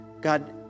God